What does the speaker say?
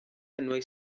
enwau